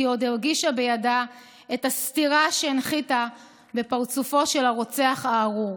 כי עוד הרגישה בידה את הסטירה שהנחיתה בפרצופו של הרוצח הארור.